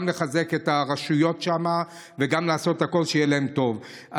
גם לחזק את הרשויות שם וגם לעשות הכול שיהיה להן טוב.